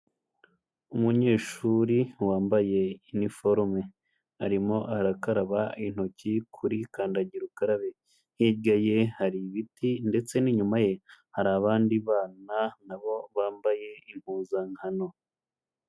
Umunyeshuri wambaye iniforume arimo arakaraba intoki kuri kandagira ukarabe, hirya ye hari ibiti ndetse n'inyuma ye hari abandi bana nabo bambaye impuzankano.